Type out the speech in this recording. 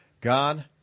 God